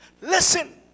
Listen